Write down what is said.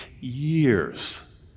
years